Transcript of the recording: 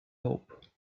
hope